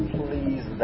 please